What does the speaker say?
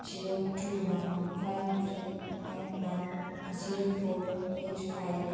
zero two one five three nine one zero four eight five